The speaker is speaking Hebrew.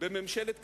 בממשלת קדימה,